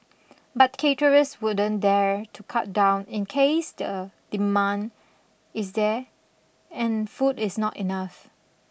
but caterers wouldn't dare to cut down in case the demand is there and food is not enough